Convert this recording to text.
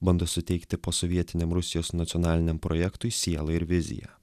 bando suteikti posovietiniam rusijos nacionaliniam projektui sielą ir viziją